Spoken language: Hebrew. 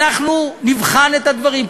אנחנו נבחן את הדברים,